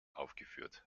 aufgeführt